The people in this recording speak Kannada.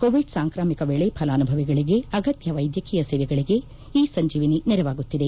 ಕೋವಿಡ್ ಸಾಂಕ್ರಾಮಿಕ ವೇಳೆ ಫಲಾನುಭವಿಗಳಿಗೆ ಅಗತ್ಯ ವೈದ್ಯಕೀಯ ಸೇವೆಗಳಿಗೆ ಇ ಸಂಜೀವಿನಿ ನೆರವಾಗುತ್ತಿದೆ